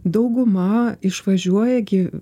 dauguma išvažiuoja gi